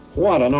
what an